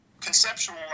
conceptual